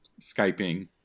skyping